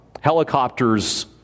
Helicopters